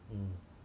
mm